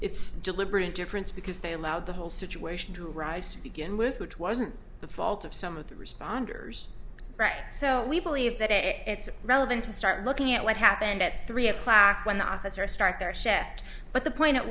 it's deliberate indifference because they allowed the whole situation to rise to begin with which wasn't the fault of some of the responders right so we believe that it it's relevant to start looking at what happened at three o'clock when the officers start their shet but the point at